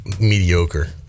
mediocre